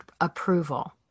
approval